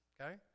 Okay